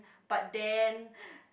but then